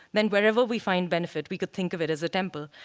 then wherever we find benefit we could think of it as a temple.